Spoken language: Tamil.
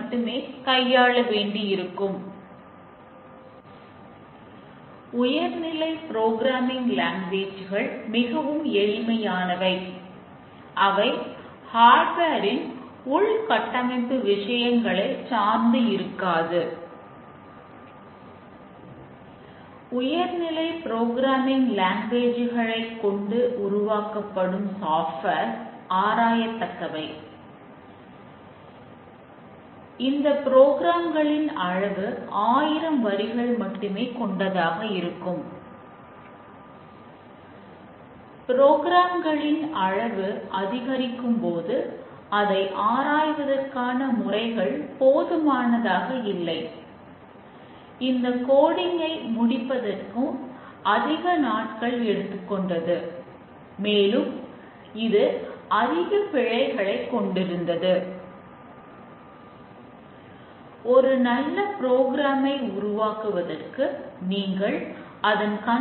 மற்றொரு வழி மேலாளர் சில பிழைகளை விதைக்க முடியும் பிறகு சோதனை தொடரும்போது விதைத்த அனைத்துப் பிழைகளும் கண்டறியப்பட்டுள்ளதா என்பதை நீங்கள் அடையாளம்